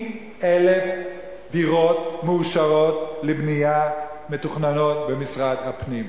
70,000 דירות מאושרות לבנייה מתוכננות במשרד הפנים,